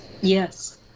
Yes